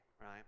right